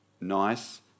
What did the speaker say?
nice